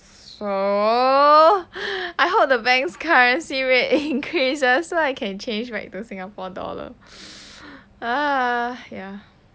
so I hope the bank's currency rate increases so I can change back to singapore dollar ah ya